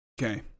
Okay